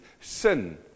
sin